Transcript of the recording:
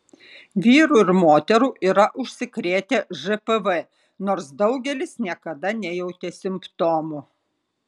vyrų ir moterų yra užsikrėtę žpv nors daugelis niekada nejautė simptomų